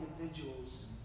individuals